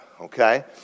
okay